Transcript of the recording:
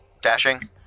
dashing